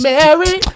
Mary